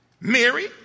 Mary